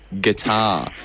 guitar